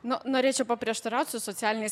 nu norėčiau paprieštaraut su socialiniais